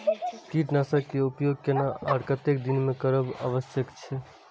कीटनाशक के उपयोग केना आर कतेक दिन में करब आवश्यक छै?